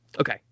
okay